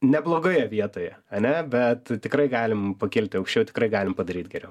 neblogoje vietoje ane bet tikrai galim pakilti aukščiau tikrai galim padaryt geriau